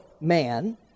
man